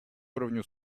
уровня